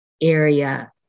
area